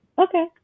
Okay